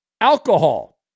alcohol